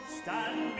stand